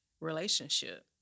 relationship